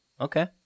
Okay